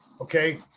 okay